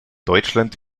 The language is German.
deutschland